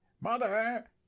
Mother